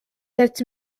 sept